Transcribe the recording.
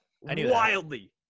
Wildly